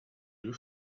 deux